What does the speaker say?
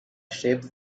shapes